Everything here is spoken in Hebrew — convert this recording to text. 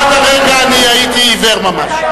עד הרגע אני הייתי עיוור ממש.